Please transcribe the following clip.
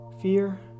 fear